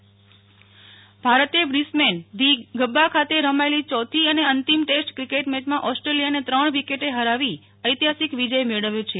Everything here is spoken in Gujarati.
નેહલ ઠક્કર ક્રિકેટ ભારતે બ્રિસબેન ધી ગબ્બા ખાતે રમાયેલી ચોથી અને અંતિમ ટેસ્ટ ક્રિકેટ મેચમાં ઓસ્ટ્રેલિયાને ત્રણ વિકેટ હરાવી ઐતિહાસિક વિજય મેળવ્યો હતો